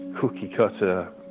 cookie-cutter